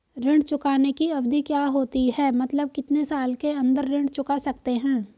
ऋण चुकाने की अवधि क्या होती है मतलब कितने साल के अंदर ऋण चुका सकते हैं?